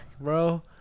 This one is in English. bro